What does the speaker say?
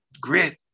grit